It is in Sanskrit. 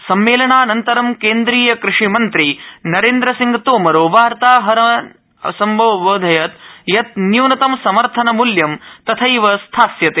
सम्मेलनानन्तरं केन्द्रीय कृषिमंत्री नरेन्द्र सिंह तोमरो वार्ताहर सम्मेलने न्यगादीत् यत् न्यूनतम समर्थनमूल्यं तथैव स्थास्यते